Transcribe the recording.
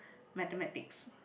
mathematics